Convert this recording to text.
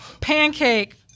pancake